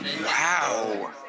Wow